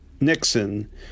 Nixon